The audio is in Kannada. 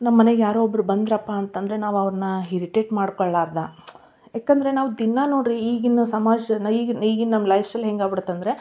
ನಮ್ಮ ಮನೆಗೆ ಯಾರೋ ಒಬ್ಬರು ಬಂದರಪ್ಪ ಅಂತ ಅಂದ್ರೆ ನಾವು ಅವ್ರನ್ನ ಹಿರಿಟೇಟ್ ಮಾಡ್ಕೊಳ್ಳಾರದ ಯಾಕೆಂದ್ರೆ ನಾವು ದಿನಾ ನೋಡಿರಿ ಈಗಿನನ್ನೂ ಸಮಾಜನ ಈಗಿನ್ನೂ ಈಗಿನ ನಮ್ಮ ಲೈಫ್ ಸ್ಟೈಲ್ ಹೆಂಗಾಗಿ ಬಿಡುತ್ತೆ ಅಂದರೆ